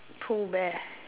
Pooh bear